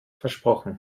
versprochen